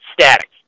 static